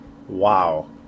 Wow